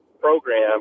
program